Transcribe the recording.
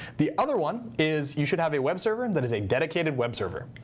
the other one is you should have a web server and that has a dedicated web server.